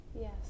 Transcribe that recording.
Yes